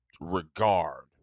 regard